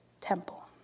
temple